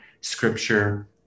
scripture